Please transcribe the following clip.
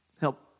help